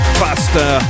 faster